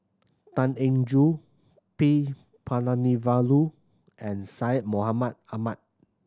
Tan Eng Joo P Palanivelu and Syed Mohamed Ahmed